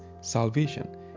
salvation